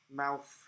mouth